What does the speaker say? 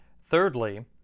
Thirdly